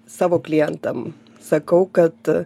savo klientam sakau kad